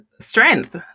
strength